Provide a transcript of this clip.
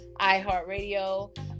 iHeartRadio